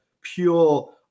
pure